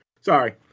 Sorry